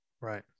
right